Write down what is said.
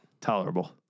Tolerable